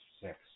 six